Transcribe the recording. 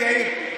אתה מתבלבל, יאיר.